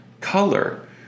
color